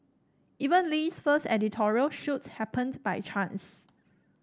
even Lee's first editorial shoot happened by chance